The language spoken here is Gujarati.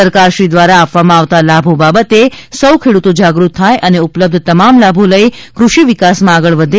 સરકારશ્રી દ્વારા આપવામાં આવતા લાભો બાબતે સૌ ખેડૂતો જાગૃત થાય અને ઉપલબ્ધ તમામ લાભો લઇ કૃષિ વિકાસમાં આગળ વધે